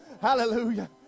Hallelujah